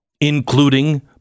including